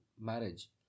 marriage